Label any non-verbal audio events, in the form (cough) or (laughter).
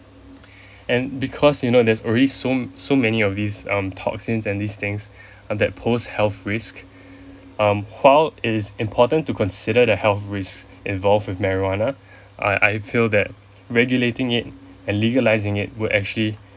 and because you know there's already so so many of these um toxins and these things (breath) that pose health risk (breath) um while it is important to consider the health risk involved with marijuana I I feel that regulating it and legalising it will actually